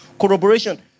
Corroboration